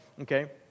okay